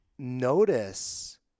notice